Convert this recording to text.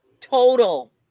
total